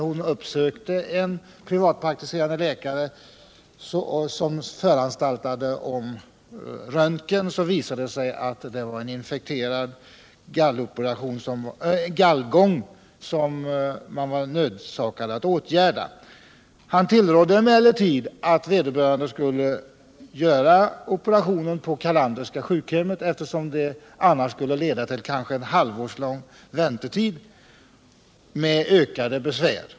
Hon uppsökte en privatpraktiserande läkare, som föranstaltade om röntgenundersökning, varvid det visade sig att patienten hade en infekterad gallgång som man var nödsakad att åtgärda. Läkaren tillrådde emellertid att vederbörande skulle låta göra operationen på Carlanderska sjukhemmet, eftersom det annars skulle bli kanske ett halvt års väntetid, vilket kunde innebära ökade besvär.